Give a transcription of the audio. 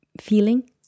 Feeling